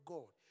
God